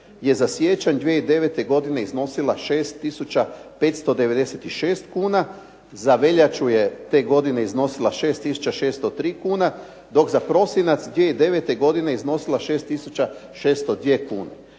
je za siječanj 2009. godine iznosila 6 tisuća 596 kuna, za veljaču je te godine iznosila 6 tisuća 603 kuna, dok za prosinac 2009. godine iznosila 6 tisuća